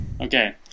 Okay